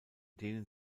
denen